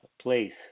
place